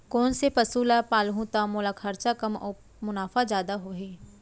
कोन से पसु ला पालहूँ त मोला खरचा कम अऊ मुनाफा जादा होही?